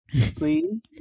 please